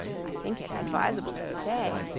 i think it advisable to say,